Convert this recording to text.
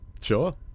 Sure